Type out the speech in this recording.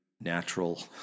natural